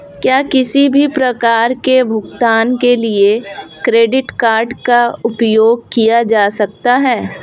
क्या किसी भी प्रकार के भुगतान के लिए क्रेडिट कार्ड का उपयोग किया जा सकता है?